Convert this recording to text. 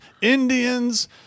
Indians